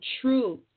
true